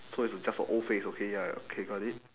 so it's a just a O face okay ya ya okay got it